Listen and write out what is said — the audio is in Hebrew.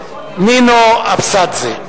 נינו אבסדזה,